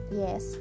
yes